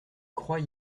croix